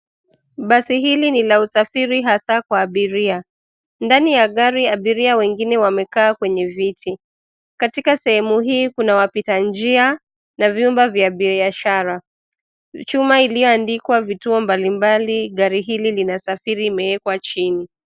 Basi hili ni la usafiri hasa kwa abiria. Ndani ya gari abiria wengine wamekaa kwenye viti. Katika sehemu hii kuna wapita njia, na vyumba vya biashara. Chuma iliyoandikwa vituo mbalimbali gari hili linasafiri imewekwa chini.